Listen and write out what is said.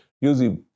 Usually